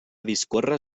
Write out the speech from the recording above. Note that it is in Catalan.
discórrer